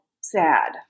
sad